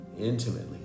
intimately